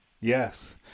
Yes